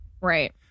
Right